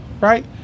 Right